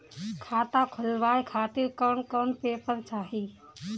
खाता खुलवाए खातिर कौन कौन पेपर चाहीं?